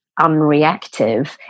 unreactive